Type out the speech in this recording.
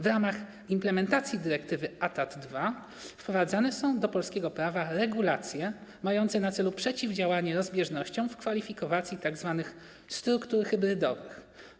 W ramach implementacji dyrektywy ATAD 2 wprowadzane są do polskiego prawa regulacje mające na celu przeciwdziałanie rozbieżnościom w kwalifikowaniu tzw. struktur hybrydowych.